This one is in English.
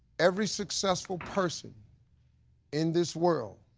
every successful person in this world